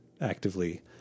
actively